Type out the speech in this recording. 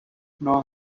know